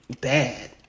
bad